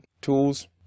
tools